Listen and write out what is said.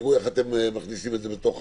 ותראו איך אתם מכניסים את זה בחקיקה.